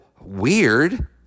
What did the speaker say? weird